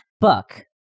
Book